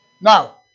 now